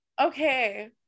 Okay